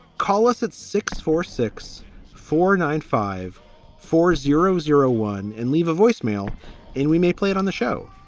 call us at six four six four nine five four zero zero one and leave a voicemail and we may play it on the show